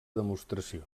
demostració